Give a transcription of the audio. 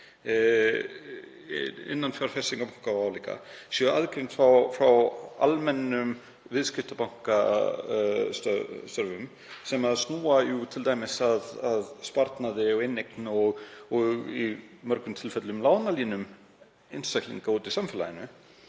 innan fjárfestingarbanka og álíka sé aðgreind fá almennum viðskiptabankastörfum sem snúa t.d. að sparnaði og inneign og í mörgum tilfellum lánalínum einstaklinga úti í samfélaginu